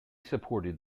supported